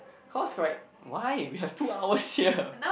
cause correct why we have two hours here